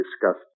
discussed